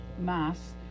mass